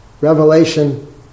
Revelation